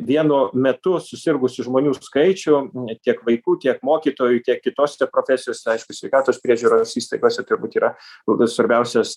vienu metu susirgusių žmonių skaičių tiek vaikų tiek mokytojų tiek kitose profesijose aišku sveikatos priežiūros įstaigose turbūt yra kol kas svarbiausias